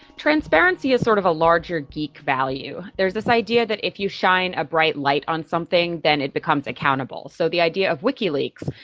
transparency is sort of a larger geek value. there is this idea that if you shine a bright light on something then it becomes accountable. so the idea of wikileaks,